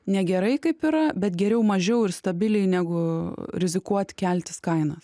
negerai kaip yra bet geriau mažiau ir stabiliai negu rizikuot keltis kainas